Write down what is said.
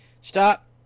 Stop